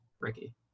Ricky